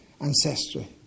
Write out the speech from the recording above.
ancestry